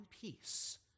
peace